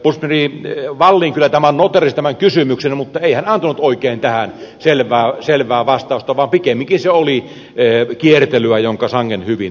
puolustusministeri wallin kyllä noteerasi tämän kysymyksen mutta ei hän antanut oikein tähän selvää vastausta vaan pikemminkin se oli kiertelyä minkä sangen hyvin ymmärrän